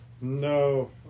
No